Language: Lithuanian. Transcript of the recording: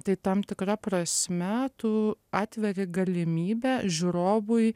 tai tam tikra prasme tu atveri galimybę žiūrovui